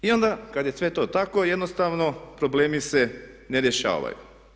I onda kad je sve to tako jednostavno problemi se ne rješavaju.